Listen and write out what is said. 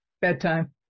bedtime